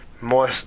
more